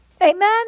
Amen